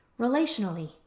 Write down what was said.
relationally